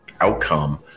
outcome